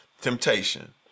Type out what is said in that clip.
temptation